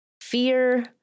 fear